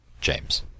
James